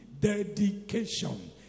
dedication